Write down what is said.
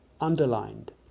underlined